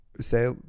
say